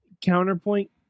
counterpoint